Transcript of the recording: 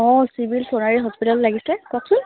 অ civil চৰাই hospital লাগিছে কওকচোন